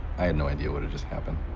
i had no idea what had just happened.